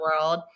world